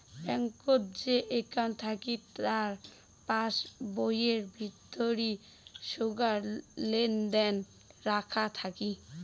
ব্যাঙ্কত যে একউন্ট থাকি তার পাস বইয়ির ভিতরি সোগায় লেনদেন লেখা থাকি